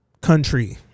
country